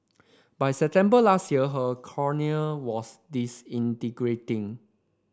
by September last year her cornea was disintegrating